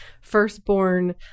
firstborn